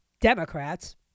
Democrats